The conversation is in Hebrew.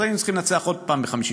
אז היינו צריכים לנצח עוד פעם ב-56',